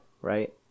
Right